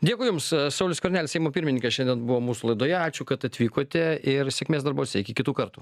dėkui jums saulius skvernelis seimo pirmininkas šiandien buvo mūsų laidoje ačiū kad atvykote ir sėkmės darbuose iki kitų kartų